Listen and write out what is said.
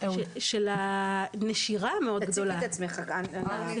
של הנשירה המאוד גדולה תציגי את עצמך בבקשה.